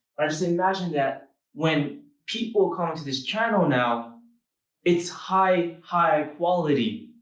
i just imagine that when people come to this channel now it's high high quality.